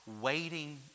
waiting